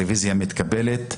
הרביזיה מתקבלת.